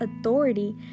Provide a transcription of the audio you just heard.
authority